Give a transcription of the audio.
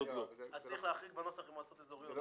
צריך להחריג בנוסח מועצות אזוריות.